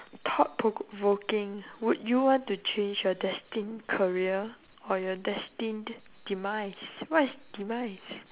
thought provoking would you want to change your destined career or your destined demise what is demise